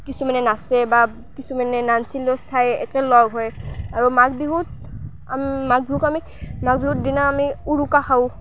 কিছুমানে নাচে বা কিছুমানে নানাচিলেও চাই একেলগ হয় আৰু মাঘ বিহুত মাঘ বিহুক আমি মাঘ বিহুৰ দিনা আমি উৰুকা খাওঁ